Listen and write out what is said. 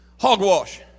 Hogwash